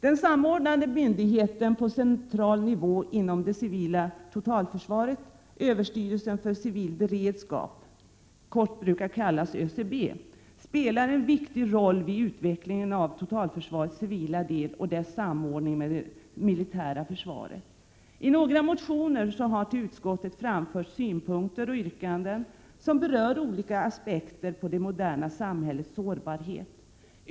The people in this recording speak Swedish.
Den samordnande myndigheten på central nivå inom det civila totalförsvaret, överstyrelsen för civil beredskap , spelar en viktig roll vid utvecklingen av totalförsvarets civila del och dess samordning med det militära försvaret. I några motioner har till utskottet framförts synpunkter och yrkanden som berör olika aspekter på det moderna samhällets sårbarhet.